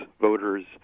voters